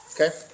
Okay